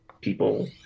people